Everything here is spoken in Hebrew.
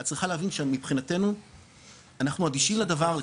את צריכה להבין שמבחנתנו אנחנו אדישים לדבר,